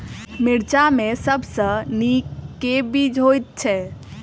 मिर्चा मे सबसँ नीक केँ बीज होइत छै?